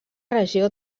regió